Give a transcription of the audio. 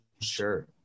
Sure